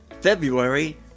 February